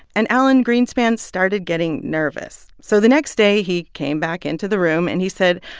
and alan greenspan started getting nervous. so the next day, he came back into the room, and he said,